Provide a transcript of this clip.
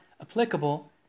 applicable